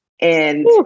And-